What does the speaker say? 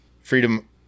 freedom